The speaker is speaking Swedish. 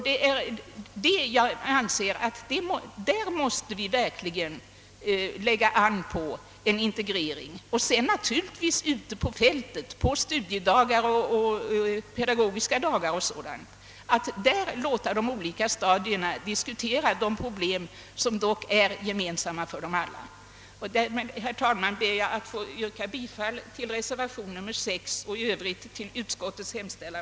Därvidlag måste vi verkligen lägga an på en integrering och dessutom sedan naturligtvis ute på fältet, på studiedagar och pedagogiska dagar och sådant. Vi måste låta de olika stadierna diskutera de problem som dock är gemensamma för dem alla. Med det sagda ber jag att få yrka bifall till reservation nr 6 och på övriga punkter bifall till utskottets hemställan.